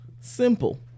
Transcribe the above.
simple